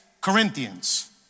Corinthians